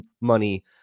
money